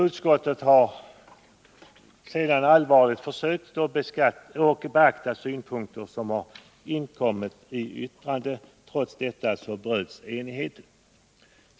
Utskottet har sedan allvarligt försökt att beakta de synpunkter som framförts i inkomna yttranden. Trots detta bröts enigheten.